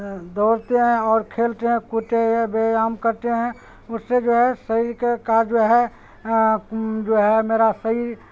دوڑتے ہیں اور کھیلتے ہیں کودتے ویایام کرتے ہیں اس سے جو ہے شریر کے کا جو ہے جو ہے میرا شریر